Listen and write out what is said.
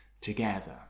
together